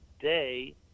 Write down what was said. day